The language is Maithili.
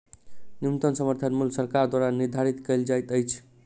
न्यूनतम समर्थन मूल्य सरकार द्वारा निधारित कयल जाइत अछि